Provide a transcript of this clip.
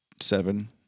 seven